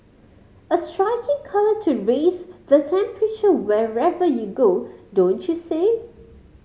a striking colour to raise the temperature wherever you go don't you say